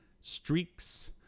Streaks